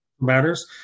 matters